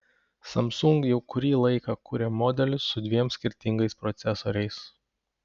samsung jau kurį laiką kuria modelius su dviem skirtingais procesoriais